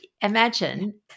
imagine